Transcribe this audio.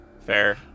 fair